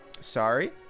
Sorry